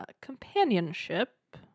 companionship